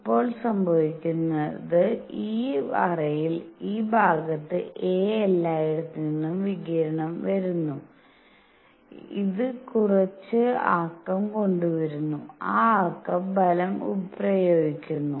ഇപ്പോൾ സംഭവിക്കുന്നത് ഈ അറയിൽ ഈ ഭാഗത്ത് a എല്ലായിടത്തുനിന്നും വികിരണം വരുന്നു അത് കുറച്ച് ആക്കം കൊണ്ടുവരുന്നു ആ ആക്കം ബലം പ്രയോഗിക്കുന്നു